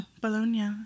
Bologna